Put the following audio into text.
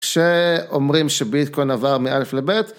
כשאומרים שביטקוין עבר מא' לב'.